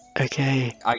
Okay